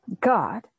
God